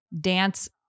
dance